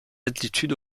altitude